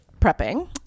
prepping